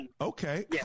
Okay